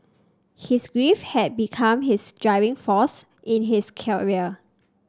his grief had become his driving force in his career